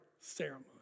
ceremony